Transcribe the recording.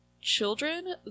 children